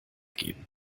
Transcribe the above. geben